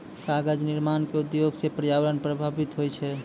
कागज निर्माण क उद्योग सँ पर्यावरण प्रभावित होय छै